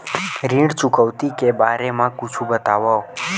ऋण चुकौती के बारे मा कुछु बतावव?